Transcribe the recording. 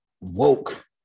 woke